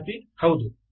ವಿದ್ಯಾರ್ಥಿ ಹೌದು